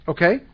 Okay